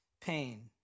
pain